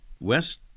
west